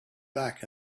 back